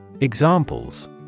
Examples